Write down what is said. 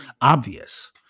obvious